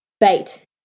bait